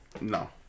No